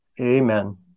Amen